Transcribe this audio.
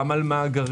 גם על מאגרים.